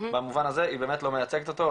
במובן הזה היא באמת לא מייצגת אותו,